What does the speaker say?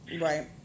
right